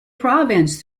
province